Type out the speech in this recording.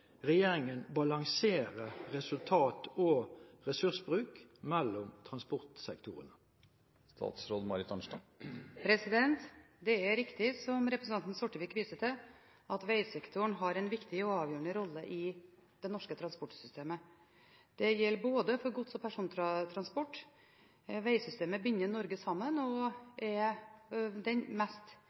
regjeringen balansere resultat og ressursbruk mellom transportsektorer?» Det er riktig – som representanten Sortevik viser til – at vegsektoren har en viktig og avgjørende rolle i det norske transportsystemet. Det gjelder både for gods- og persontransport. Vegsystemet binder Norge sammen og er den